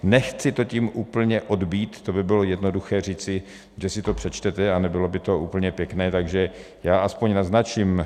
Nechci to tím úplně odbýt, to by bylo jednoduché říci, že si to přečtete, a nebylo by to úplně pěkné, takže já aspoň naznačím.